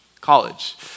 college